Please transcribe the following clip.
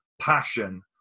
passion